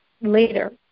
later